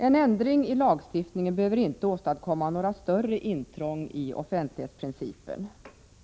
En ändring i lagstiftningen behöver inte åstadkomma några större intrång i offentlighetsprincipen.